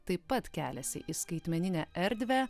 taip pat keliasi į skaitmeninę erdvę